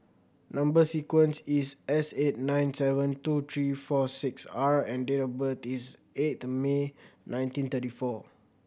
number sequence is S eight nine seven two three four six R and date of birth is eighth May nineteen thirty four